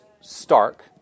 stark